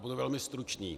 Budu velmi stručný.